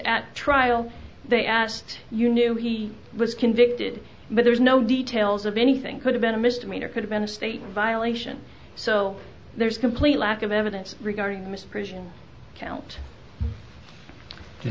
at trial they asked you knew he was convicted but there's no details of anything could have been a misdemeanor could have been a state violation so there's complete lack of evidence regarding misprision account to